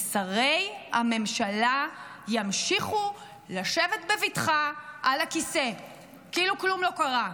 ושרי הממשלה ימשיכו לשבת בבטחה על הכיסא כאילו כלום לא קרה.